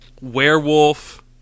Werewolf